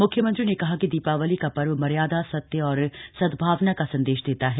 मुख्यमंत्री ने कहा कि दीपावली का पर्व मर्यादा सत्य और सद्भावना का संदेश देता है